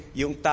yung